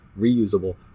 reusable